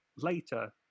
later